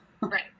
Right